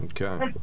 Okay